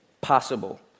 possible